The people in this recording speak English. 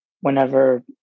whenever